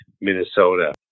Minnesota